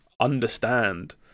understand